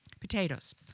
Potatoes